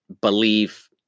believe